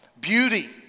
beauty